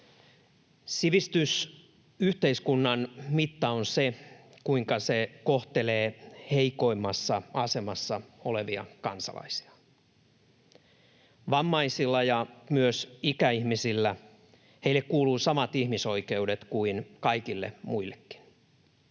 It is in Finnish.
Sivistysyhteiskunnan mitta on se, kuinka se kohtelee heikoimmassa asemassa olevia kansalaisiaan. Vammaisille ja myös ikäihmisille kuuluvat samat ihmisoikeudet kuin kaikille muillekin.